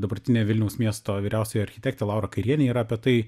dabartinė vilniaus miesto vyriausioji architektė laura kairienė yra apie tai